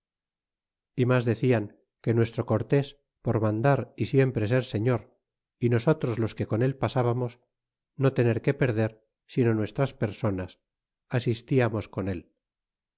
y mas decian que nuestro cortés por mandar y siempre ser seflor y nosotros los que con él pasábamos no tener que perder sino nuestras personas asistiamos con él